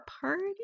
party